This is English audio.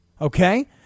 okay